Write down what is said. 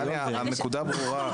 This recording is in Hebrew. תני, הנקודה ברורה.